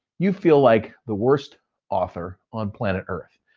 you feel like the worst author on planet earth.